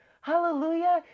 Hallelujah